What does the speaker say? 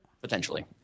potentially